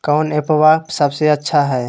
कौन एप्पबा सबसे अच्छा हय?